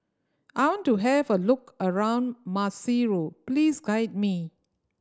I want to have a look around Maseru please guide me